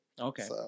Okay